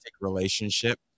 relationship